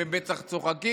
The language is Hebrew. הם בטח צוחקים,